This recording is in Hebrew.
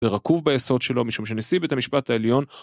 ורקוב ביסוד שלו משום שנשיא את המשפט העליון